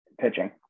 pitching